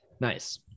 Nice